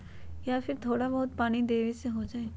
या फिर थोड़ा बहुत पानी देबे से हो जाइ?